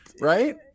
Right